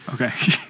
Okay